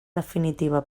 definitiva